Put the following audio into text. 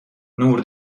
نور